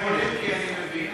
כי אני מבין.